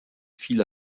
viele